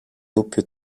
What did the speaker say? doppio